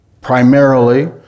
primarily